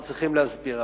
שאנחנו צריכים להסביר.